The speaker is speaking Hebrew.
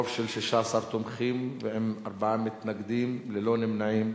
ברוב של 16 תומכים ועם ארבעה מתנגדים, ללא נמנעים,